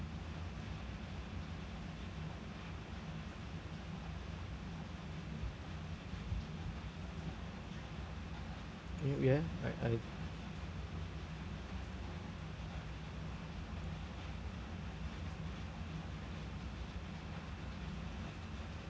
eh ya right I